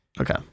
Okay